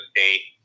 State